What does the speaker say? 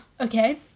Okay